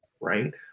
right